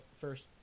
first